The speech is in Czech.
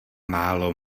málo